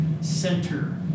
center